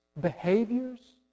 behaviors